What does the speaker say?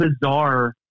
bizarre